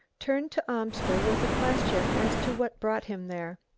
turned to amster with a question as to what brought him there.